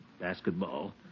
basketball